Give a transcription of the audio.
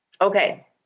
Okay